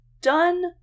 done